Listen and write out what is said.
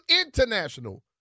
international